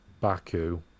Baku